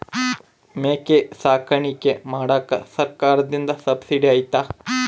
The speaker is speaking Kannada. ಮೇಕೆ ಸಾಕಾಣಿಕೆ ಮಾಡಾಕ ಸರ್ಕಾರದಿಂದ ಸಬ್ಸಿಡಿ ಐತಾ?